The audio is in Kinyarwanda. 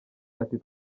ati